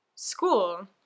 school